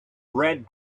red